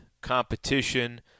competition